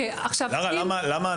לארה,